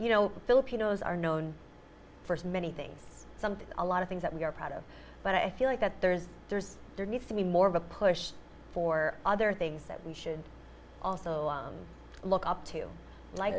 you know filipinos are known for many things something a lot of things that we are proud of but i feel like that there's there's there needs to be more of a push for other things that we should also look up to like